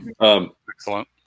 excellent